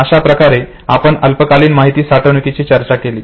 अशा प्रकारे आपण अल्पकालीन माहिती साठवणुकीची चर्चा केली